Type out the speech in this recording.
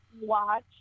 Watch